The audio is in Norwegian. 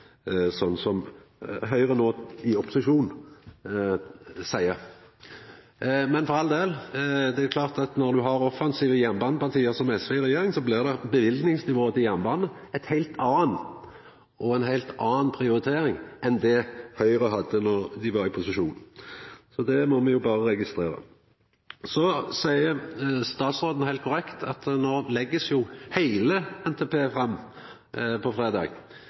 all del, det er jo klart at når ein har offensive jernbaneparti som SV i regjering, blir løyvingsnivået til jernbane eit heilt anna og prioriteringa ei heilt anna enn det Høgre hadde då dei var i posisjon. Det må me jo berre registrera. Så seier statsråden – heilt korrekt – at no blir jo heile NTP-en lagd fram på fredag.